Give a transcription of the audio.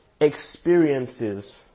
experiences